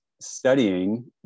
studying